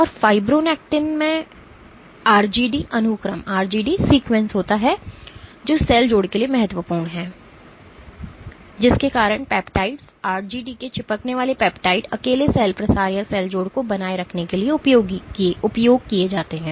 और फ़ाइब्रोनेक्टिन में RGD अनुक्रम होता है जो सेल जोड़ के लिए महत्वपूर्ण है और जिसके कारण पेप्टाइड्स RGD के चिपकने वाला पेप्टाइड्स अकेले सेल प्रसार या सेल जोड़ को बनाए रखने के लिए उपयोग किया जाता है